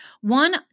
One